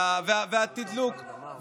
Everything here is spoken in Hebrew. זה בסדר, לדיקטטורה אין גם אופוזיציה.